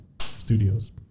Studios